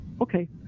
Okay